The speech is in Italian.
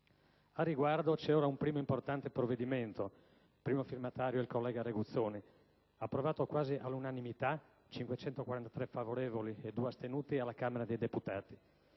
Al riguardo, c'è ora un primo importante provvedimento, di cui primo firmatario è l'onorevole Reguzzoni, approvato quasi all'unanimità (543 favorevoli e 2 astenuti) alla Camera dei deputati,